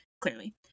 clearly